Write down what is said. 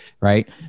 Right